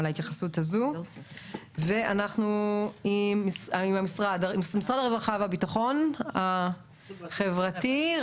רקפת עצמון, משרד הרווחה והביטחון החברתי.